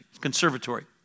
Conservatory